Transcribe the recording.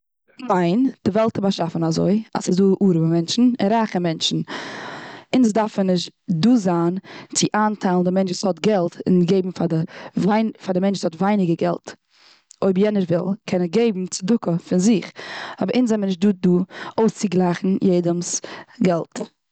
ניין, די וועלט איז באשאפן אזוי, אז ס'דא ארימע מענטשן און רייכע מענטשן. אונז דארפן נישט דא זיין צו איינטיילן די מענטש וואס האט געלט צו געבן פאר די די מענטש וואס האט ווייניגער געלט. אויב יענער מענטש וויל קען ער געבן צדקה פון זיך. אבער אונז זענען נישט דא דא, אויסצוגלייכן יעדעמ'ס געלט.